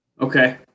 Okay